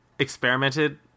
experimented